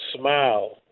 smile